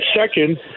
second